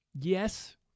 yes